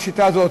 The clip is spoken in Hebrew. השיטה הזו,